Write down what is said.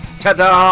Ta-da